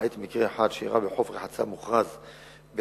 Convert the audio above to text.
למעט מקרה אחד שאירע בחוף רחצה מוכרז בים-המלח,